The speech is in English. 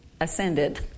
ascended